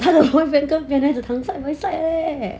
他都不会 side by side leh